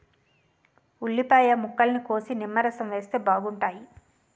ఉల్లిపాయ ముక్కల్ని కోసి నిమ్మరసం వేస్తే బాగుంటాయి